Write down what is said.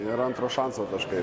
ir antro šanso taškai